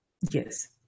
yes